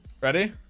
Ready